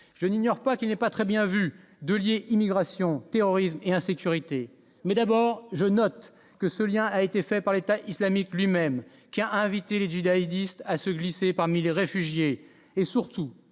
je n'ignore pas qu'il n'est pas très bien vu de lier immigration terrorisme et insécurité mais d'abord je note que ce lien a été fait par l'État islamique lui-même qui a invité les à se glisser parmi les réfugiés et surtout